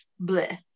bleh